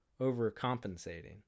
overcompensating